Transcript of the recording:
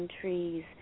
trees